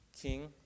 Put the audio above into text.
king